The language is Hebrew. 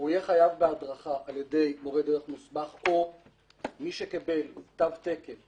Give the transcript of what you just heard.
הוא יהיה חייב בהדרכה על ידי מורה דרך מוסמך או מי שקיבל תו תקן,